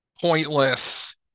pointless